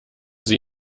sie